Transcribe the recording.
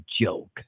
joke